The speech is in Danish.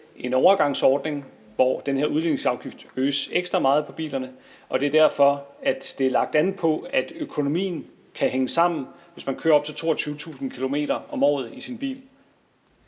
en overgangsordning, som gør, at den her udligningsafgift øges ekstra meget på bilerne. Og det er derfor, at det er lagt an på, at økonomien kan hænge sammen, hvis man kører op til 22.000 km om året i sin bil.